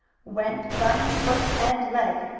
went bunny's foot and leg.